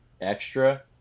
extra